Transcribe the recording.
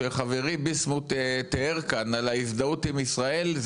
שחברי ביסמוט תיאר כאן על ההזדהות עם ישראל,